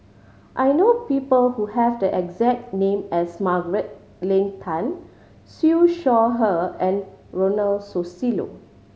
I know people who have the exact name as Margaret Leng Tan Siew Shaw Her and Ronald Susilo